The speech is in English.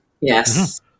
Yes